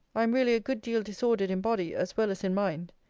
i am really a good deal disordered in body as well as in mind.